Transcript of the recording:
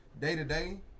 day-to-day